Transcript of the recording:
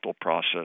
process